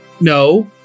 no